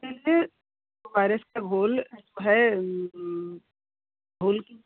ओ R S का घोल है घोल की